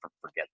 forget